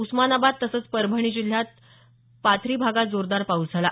उस्मानाबाद तसंच परभणी जिल्ह्यात परभणीसह पाथरी भागात जोरदार पाऊस झाला